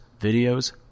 videos